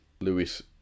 Lewis